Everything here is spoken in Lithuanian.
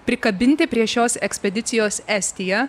prikabinti prie šios ekspedicijos estiją